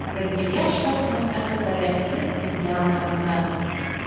betgi viešpats mus atidavė į midjano rankas